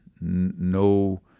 No